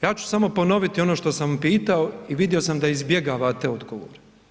Ja ću samo ponoviti ono što sam pitao i vidio sam da izbjegavate odgovor.